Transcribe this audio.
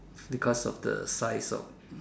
because of the size of